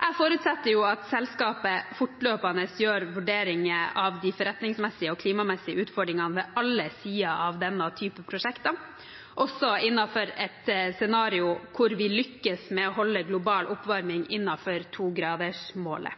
Jeg forutsetter at selskapet fortløpende gjør vurderinger av de forretningsmessige og klimamessige utfordringene ved alle sider av denne typen prosjekter, også innenfor et scenario hvor vi lykkes med